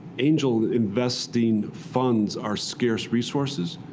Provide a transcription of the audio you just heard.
angel investing funds are scarce resources.